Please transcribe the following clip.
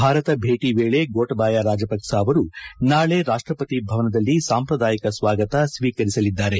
ಭಾರತ ಭೇಟಿ ವೇಳಿ ಗೊಣಬಯ ರಾಜಪಕ್ಷ ಅವರು ನಾಳೆ ರಾಷ್ಟಪತಿ ಭವನದಲ್ಲಿ ಸಾಂಪ್ರದಾಯಿಕ ಸ್ವಾಗತ ಸ್ವೀಕರಿಸಲಿದ್ದಾರೆ